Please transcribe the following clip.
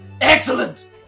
Excellent